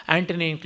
Antony